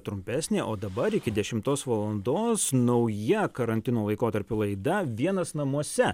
trumpesnė o dabar iki dešimtos valandos nauja karantino laikotarpiu laida vienas namuose